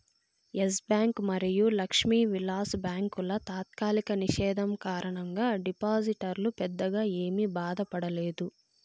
yes bank మరియు లక్ష్మీ విలాస్ బ్యాంకుల తాత్కాలిక నిషేధం కారణంగా డిపాజిటర్లు పెద్దగా ఏమీ బాధపడలేదు